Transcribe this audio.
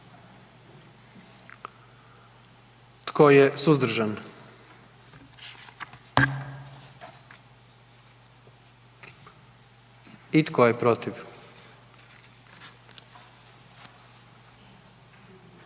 Tko je suzdržan? I tko je protiv?